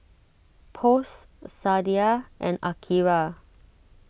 Post Sadia and Akira